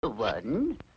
One